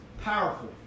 powerful